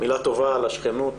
מילה טובה על השכנות